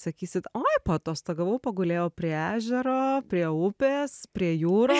sakysit oi paatostogavau pagulėjau prie ežero prie upės prie jūros